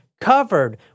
covered